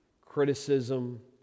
criticism